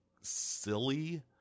silly